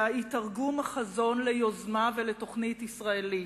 היא תרגום החזון ליוזמה ולתוכנית ישראלית.